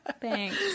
thanks